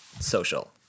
social